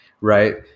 right